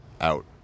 out